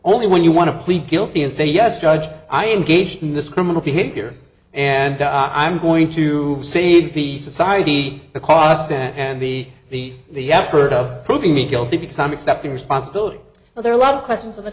only when you want to plead guilty and say yes judge i engaged in this criminal behavior and i'm going to see the society the cost and the the the effort of proving me guilty because i'm accepting responsibility but there are lot of questions of the